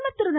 பிரதமர் திரு